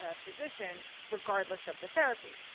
ah physician, regardless of the therapy.